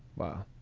wow.